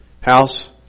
house